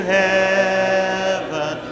heaven